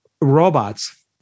robots